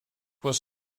was